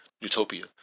utopia